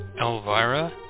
Elvira